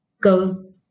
goes